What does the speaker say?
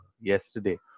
yesterday